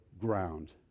ground